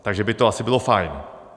Takže by to asi bylo fajn.